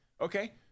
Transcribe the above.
Okay